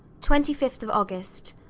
twenty five august.